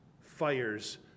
fires